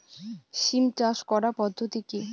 সিম চাষ করার পদ্ধতি কী?